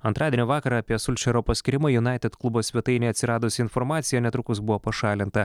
antradienio vakarą apie sulčero paskyrimą junaitid klubo svetainei atsiradusi informacija netrukus buvo pašalinta